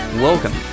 Welcome